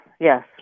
yes